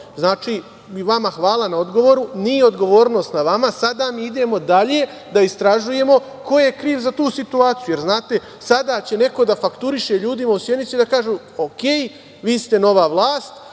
desilo. Vama hvala na odgovoru. Nije odgovornost na vama. Sada mi idemo dalje da istražujemo ko je kriv za tu situaciju. Znate, sada će neko da fakturiše ljudima u Sjenici i da kažu – o.k. vi ste nova vlast,